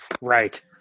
Right